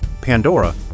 Pandora